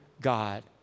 God